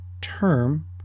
term